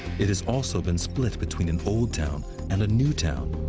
it has also been split between an old town and a new town.